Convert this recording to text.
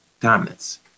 dominance